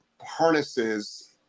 harnesses